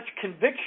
conviction